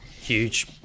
huge